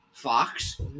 Fox